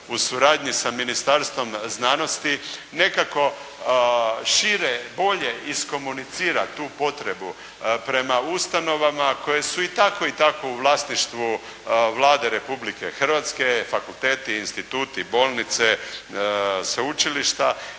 u suradnji sa Ministarstvom znanosti, nekako šire, bolje iskomunicira tu potrebu prema ustanovama koje su i tako, i tako u vlasništvu Vlade Republke Hrvatske, fakulteti, instituti, bolnice, sveučilišta